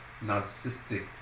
narcissistic